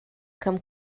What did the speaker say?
come